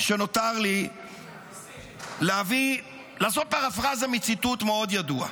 שנותר לי אני רוצה לעשות פרפרזה מציטוט מאוד ידוע.